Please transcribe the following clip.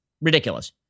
ridiculous